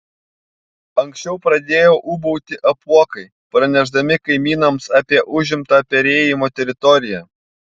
anksčiau pradėjo ūbauti apuokai pranešdami kaimynams apie užimtą perėjimo teritoriją